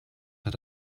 hat